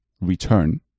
return